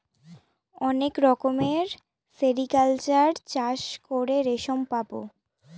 অনেক রকমের সেরিকালচার চাষ করে রেশম পাবো